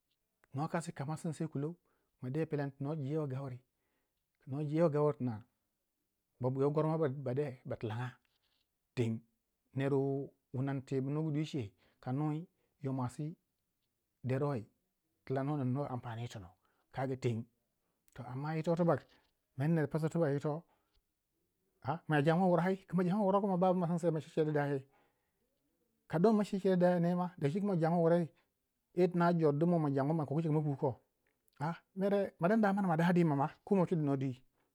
no kasi kama sindisei kulou ma de pelendi tuno je we gaure bwabwiya wu goro mo ba de batilanga teng, ner wu nang tibu nugu dwi chei mwasi deroi tilano nindo ampani yitono kaga teng to amma yito tibak mer ner psiu yito majamwa wura ai kama janwa wura koh ma ba ma sinsei ba ce ce di dayai ka don ma cece di dayai ne ma dacike ma janwo wurei eh tina jor di ma janwa eh makogu mapu koh a mer =e ma danda ma da dima mana ko ma chudu nuwa dwi